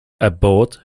abort